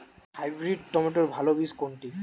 Hybrid টমেটোর ভালো বীজ কোনটি?